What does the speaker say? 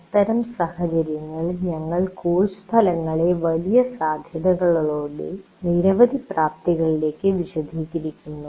അത്തരം സാഹചര്യങ്ങളിൽ ഞങ്ങൾ കോഴ്സ് ഫലങ്ങളെ വലിയ സാധ്യതകളോടെ നിരവധി പ്രാപ്തികളിലേക്ക് വിശദീകരിക്കുന്നു